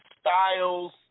styles